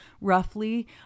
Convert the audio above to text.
roughly